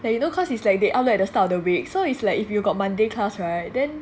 that you know cause it's like they upload at the start of the week so it's like if you got monday class [right] then